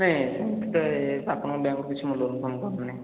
ନାହିଁ ସେମିତି ତ ଆପଣଙ୍କ ବ୍ୟାଙ୍କରୁ ମୁଁ କିଛି ଲୋନ୍ ଫୋନ୍ କରିନି